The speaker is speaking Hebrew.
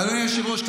אדוני היושב-ראש,